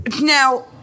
Now